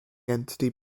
entity